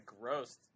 gross